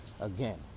again